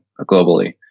globally